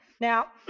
Now